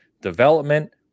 development